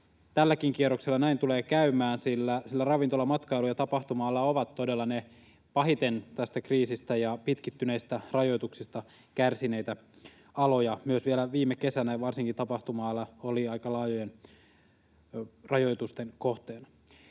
tälläkin kierroksella näin tulee käymään, sillä ravintola‑, matkailu- ja tapahtuma-ala ovat todella pahiten tästä kriisistä ja pitkittyneistä rajoituksista kärsineitä aloja. Vielä viime kesänä varsinkin tapahtuma-ala oli aika laajojen rajoitusten kohteena.